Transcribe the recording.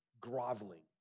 groveling